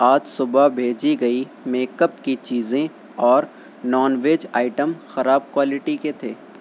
آج صبح بھیجی گئی میک اپ کی چیزیں اور نان ویج آئٹم خراب کوالٹی کے تھے